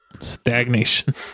stagnation